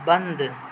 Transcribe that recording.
بند